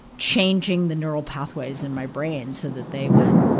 changing the neural pathways in my brain, so that they went,